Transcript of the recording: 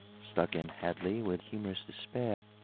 struck in hadley, with humorous despair.